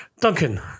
Duncan